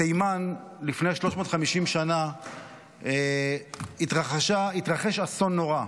בתימן לפני 350 שנה התרחש אסון נורא.